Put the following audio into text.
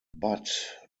but